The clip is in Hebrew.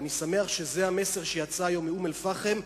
אני שמח שזה המסר שיצא היום מאום-אל-פחם,